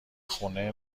خونه